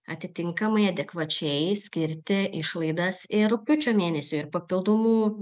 atitinkamai adekvačiai skirti išlaidas ir rugpjūčio mėnesiui ir papildomų